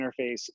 interface